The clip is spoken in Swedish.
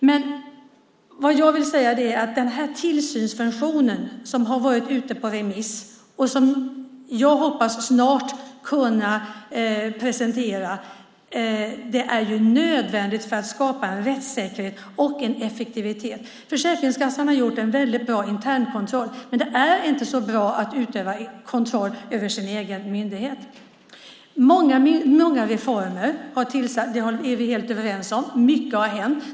Det jag vill säga är att den här tillsynsfunktionen, som har varit ute på remiss och som jag hoppas att snart kunna presentera, ju är nödvändig för att skapa en rättssäkerhet och en effektivitet. Försäkringskassan har gjort en väldigt bra internkontroll. Men det är inte så bra att utöva kontroll över sin egen myndighet. Många reformer har genomförts. Det är vi helt överens om. Mycket har hänt.